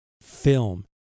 film